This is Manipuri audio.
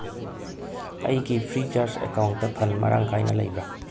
ꯑꯩꯒꯤ ꯐ꯭ꯔꯤ ꯆꯥꯔꯖ ꯑꯦꯀꯥꯎꯟꯇ ꯐꯟ ꯃꯔꯥꯡ ꯀꯥꯏꯅ ꯂꯩꯕ꯭ꯔꯥ